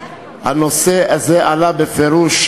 הנושא הזה עלה בה בפירוש,